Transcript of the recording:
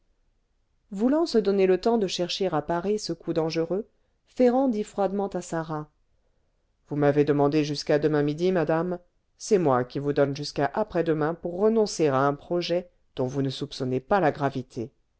voulant se donner le temps de chercher à parer ce coup dangereux ferrand dit froidement à sarah vous m'avez demandé jusqu'à demain midi madame c'est moi qui vous donne jusqu'à après-demain pour renoncer à un projet dont vous ne soupçonnez pas la gravité